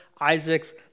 Isaac's